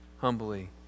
humbly